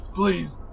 please